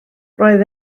roedd